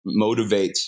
motivates